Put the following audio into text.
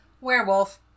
Werewolf